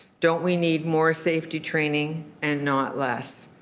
don't we need more safety training and not less?